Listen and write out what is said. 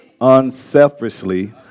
unselfishly